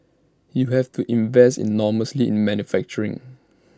you have to invest enormously in manufacturing